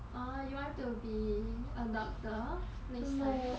orh you want to be a doctor next time